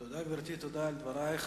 תודה, גברתי, תודה על דברייך.